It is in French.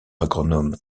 agronome